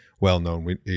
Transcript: well-known